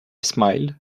smiled